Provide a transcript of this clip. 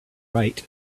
write